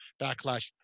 backlash